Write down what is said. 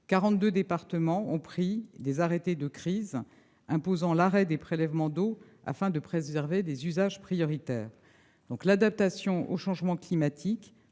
départements ont pris des arrêtés de crise, imposant l'arrêt des prélèvements d'eau afin de préserver des usages prioritaires. L'adaptation au changement climatique